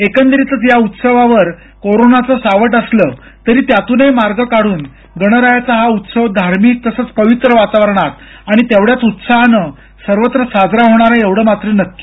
एकंदरीतच या उत्सवावर कोरोनाच सावट असलं तरी त्यातूनही मार्ग काढून गणरायाचा हा उत्सव धार्मिक तसंच पवित्र वातावरणात आणि तेवढ्याच उत्साहानं सर्वत्र साजरा होणार आहे एवढं मात्र नक्की